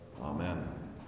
Amen